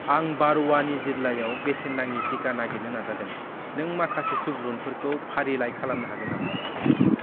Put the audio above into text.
आं बारवानि जिल्लायाव बेसेन नाङि टिका नागिरनो नाजादों नों माखासे सुबुरुनफोरखौ फारिलाइ खालामनो हागोन नामा